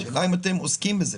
השאלה אם אתם עוסקים בזה.